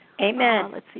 Amen